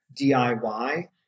DIY